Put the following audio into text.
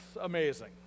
Amazing